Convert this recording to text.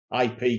IP